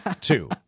Two